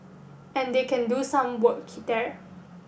and they can do some work there